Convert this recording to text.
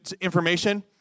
information